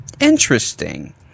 Interesting